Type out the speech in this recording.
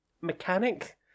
mechanic